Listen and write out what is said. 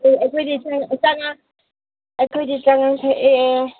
ꯑꯩꯈꯣꯏꯗꯤ ꯆꯉꯥꯡ ꯊꯛꯑꯦ